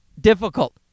difficult